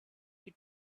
you